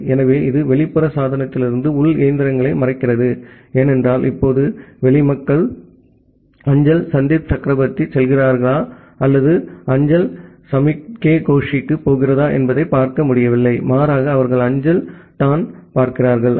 எனவே இது வெளிப்புற சாதனத்திலிருந்து உள் இயந்திரங்களையும் மறைக்கிறது ஏனென்றால் இப்போது வெளி மக்கள் அஞ்சல் சந்தீப் சக்ரவர்த்திக்குச் செல்கிறார்களா அல்லது அஞ்சல் ச m முக் கே கோஷுக்குப் போகிறதா என்பதைப் பார்க்க முடியவில்லை மாறாக அவர்கள் அஞ்சல் தான் பார்க்கிறார்கள் ஐ